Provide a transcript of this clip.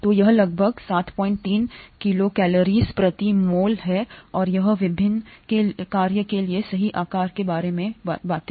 तो यह लगभग 73 किलोकलरीज प्रति मोल है और यह विभिन्न के लिए सही आकार के बारे में है बातें